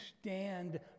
stand